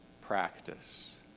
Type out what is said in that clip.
practice